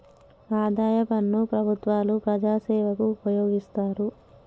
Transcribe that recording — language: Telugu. ఆదాయ పన్ను ప్రభుత్వాలు ప్రజాసేవకు ఉపయోగిస్తారు